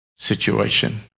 situation